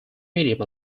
medium